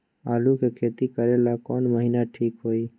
आलू के खेती करेला कौन महीना ठीक होई?